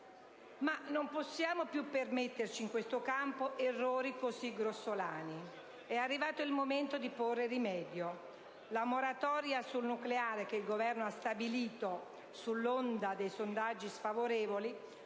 Ma non possiamo più permetterci, in questo campo, errori così grossolani: è arrivato il momento di porvi rimedio. La moratoria sul nucleare che il Governo ha stabilito, sull'onda dei sondaggi sfavorevoli,